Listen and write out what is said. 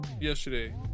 yesterday